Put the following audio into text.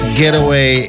getaway